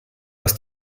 hast